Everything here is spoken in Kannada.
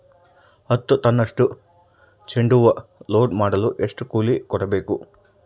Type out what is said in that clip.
ಹತ್ತು ಟನ್ನಷ್ಟು ಚೆಂಡುಹೂ ಲೋಡ್ ಮಾಡಲು ಎಷ್ಟು ಕೂಲಿ ಕೊಡಬೇಕು?